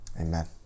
Amen